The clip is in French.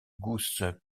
gousses